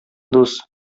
дус